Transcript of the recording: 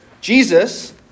Jesus